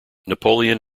napoleon